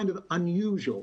אלא unusual,